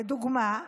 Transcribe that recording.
לדוגמה,